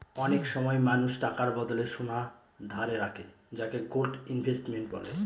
অনেক সময় মানুষ টাকার বদলে সোনা ধারে রাখে যাকে গোল্ড ইনভেস্টমেন্ট বলে